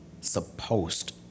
supposed